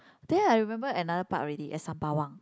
then I remember another park already at Sembawang